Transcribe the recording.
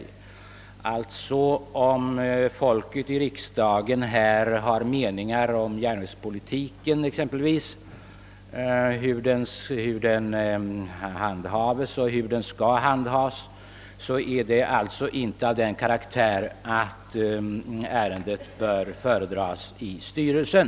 Om folkets representanter i riksdagen har meningar om exempelvis hur järnvägspolitiken handhas och bör handhas betraktas detta inte som en fråga av sådan karaktär att den skall föredras i styrelsen.